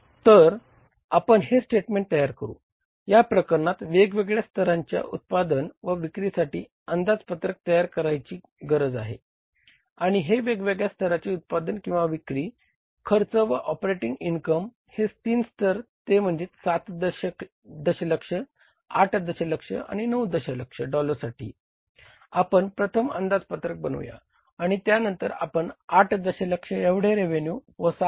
तर आपण हे स्टेटमेंट तयार करू या प्रकरणात वेगवेगळ्या स्तराच्या उत्पादन व विक्रीसाठी अंदाजपत्रक तयार करण्याची गरज आहे आणि हे वेगवेगळ्या स्तराचे उत्पादन किंवा विक्री खर्च व ऑपरेटिंग इनकम आणि हे तीन स्तर ते म्हणजे 7 दशलक्ष 8 दशलक्ष आणि 9 दशलक्ष डॉलर्ससाठी आपण प्रथम अंदाजपत्रक बनवूया आणि त्यांनतर आपण 8 दशलक्ष एवढे रेव्हेन्यू व 7